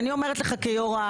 אני אומרת לך אופיר,